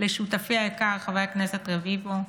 לשותפי היקר חבר הכנסת רביבו,